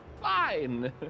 fine